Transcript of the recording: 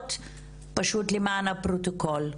להזדהות למען הפרוטוקול.